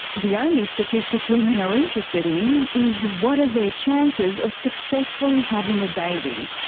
the only statistic women are interested in is what are their chances of successfully having a baby.